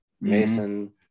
Mason